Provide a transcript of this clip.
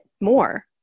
more